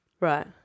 Right